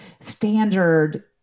standard